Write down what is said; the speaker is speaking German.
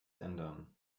ändern